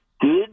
Good